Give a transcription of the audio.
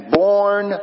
born